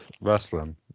wrestling